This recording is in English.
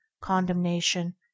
condemnation